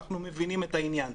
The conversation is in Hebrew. אנחנו מבינים את העניין.